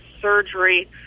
surgery